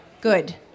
good